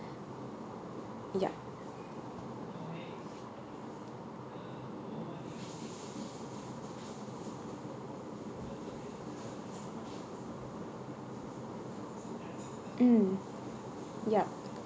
yup mm yup